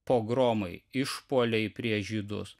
pogromai išpuoliai prieš žydus